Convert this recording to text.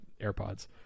airpods